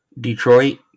Detroit